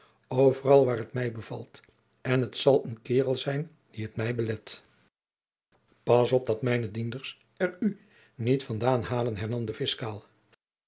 overal waar het mij bevalt en t zal een kaerel zijn die het mij belet pas op dat mijne dienders er u niet van daan halen hernam de fiscaal